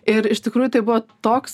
ir iš tikrųjų tai buvo toks